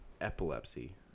Epilepsy